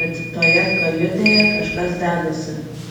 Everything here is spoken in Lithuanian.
kad toje kajutėje kažkas dedasi